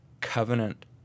covenant